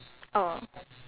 orange hair